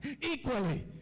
equally